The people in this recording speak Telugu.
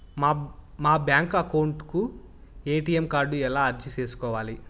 మా బ్యాంకు అకౌంట్ కు ఎ.టి.ఎం కార్డు ఎలా అర్జీ సేసుకోవాలి?